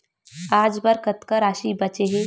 आज बर कतका राशि बचे हे?